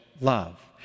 love